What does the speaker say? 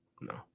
No